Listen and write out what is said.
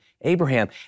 Abraham